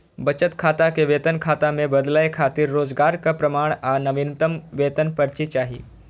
बचत खाता कें वेतन खाता मे बदलै खातिर रोजगारक प्रमाण आ नवीनतम वेतन पर्ची चाही